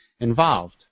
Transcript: involved